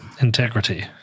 Integrity